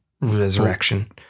resurrection